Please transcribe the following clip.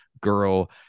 girl